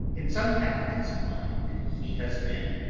in some faculties of mind he has been,